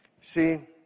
See